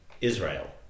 Israel